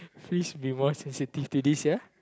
please be more sensitive to this ya